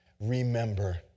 Remember